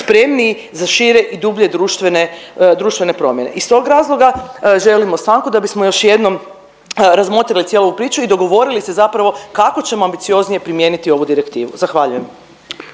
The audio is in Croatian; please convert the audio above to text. spremniji za šire i dublje društvene, društvene promjene. Iz tog razloga želimo svakako da bismo još jednom razmotrili cijelu priču i dogovorili se zapravo kako ćemo ambicioznije primijeniti ovu direktivu. Zahvaljujem.